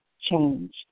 change